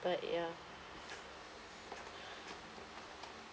but ya